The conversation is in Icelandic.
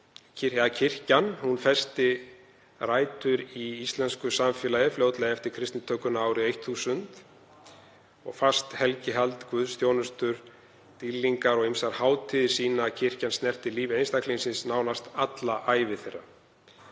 Kirkjan festi rætur í íslensku samfélagi fljótlega eftir kristnitökuna árið 1000. Fast helgihald, guðsþjónustur, dýrlingar og ýmsar hátíðir, sýna að kirkjan snerti líf einstaklinga nánast alla ævi þeirra.